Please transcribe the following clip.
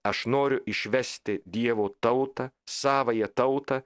aš noriu išvesti dievo tautą savąją tautą